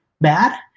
bad